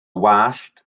wallt